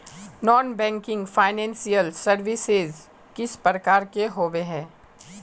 Non banking financial services किस प्रकार के होबे है?